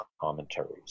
commentaries